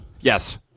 Yes